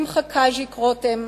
שמחה "קז'יק" רותם,